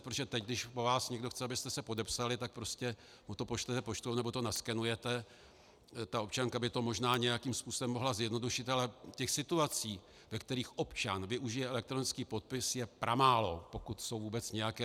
Protože teď, když po vás někdo chce, abyste se podepsali, tak mu to pošlete poštou, nebo to naskenujete, ta občanka by to možná nějakým způsobem mohla zjednodušit, ale těch situací, ve kterých občan využije elektronický podpis, je pramálo, pokud jsou vůbec nějaké.